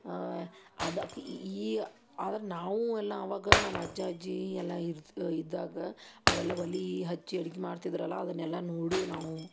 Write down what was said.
ಅದಕ್ಕೆ ಈಗ ಆದ್ರೆ ನಾವೂ ಎಲ್ಲ ಅವಾಗ ನಮ್ಮಜ್ಜ ಅಜ್ಜಿ ಎಲ್ಲ ಇರ್ದ ಇದ್ದಾಗ ಅವರೆಲ್ಲ ಒಲೆ ಹಚ್ಚಿ ಅಡ್ಗೆ ಮಾಡ್ತಿದ್ರಲ್ಲ ಅದನ್ನೆಲ್ಲ ನೋಡೀವಿ ನಾವು